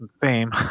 fame